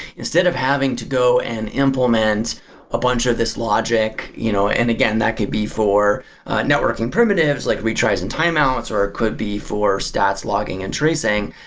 instead of having to go and implement a bunch of these logic you know and again, that could be for networking primitives, like retries and timeouts or it could be for stats logging and tracing.